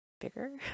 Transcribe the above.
bigger